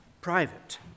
private